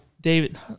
David